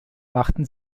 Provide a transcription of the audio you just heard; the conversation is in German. machten